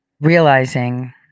realizing